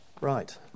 Right